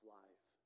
life